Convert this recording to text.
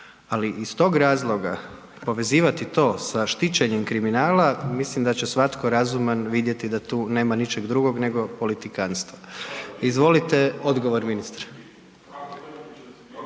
Ali iz tog razloga povezivati to sa štićenjem kriminala, mislim da će svatko razuman vidjeti da tu nema ničeg drugog nego politikantstva. Izvolite odgovor, ministre.